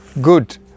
good